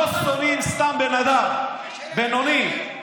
לא שונאים סתם בן אדם, בינוני.